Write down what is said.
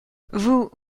vous